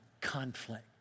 conflict